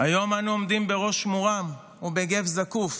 היום אנחנו עומדים בראש מורם ובגו זקוף